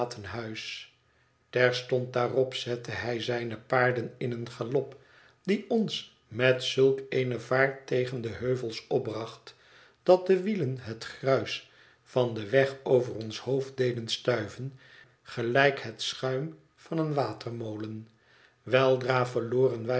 terstond daarop zette hij zijne paarden in een galop die ons met zulk eene vaart tegen den heuvel opbracht dat de wielen het gruis van den weg over ons hoofd deden stuiven gelijk het schuim van een watermolen weldra verloren